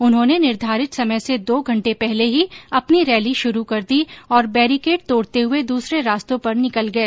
उन्होंने निर्धारित समय से दो घंटे पहले ही अपनी रैली शुरू कर दी और बैरिकेड तोड़ते हुए दूसरे रास्तों पर निकल गए